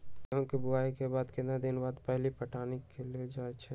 गेंहू के बोआई के केतना दिन बाद पहिला पटौनी कैल जा सकैछि?